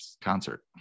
concert